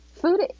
food